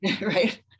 right